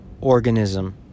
organism